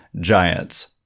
Giants